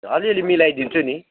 अलि अलि मिलाइदिन्छु नि